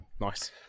Nice